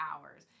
hours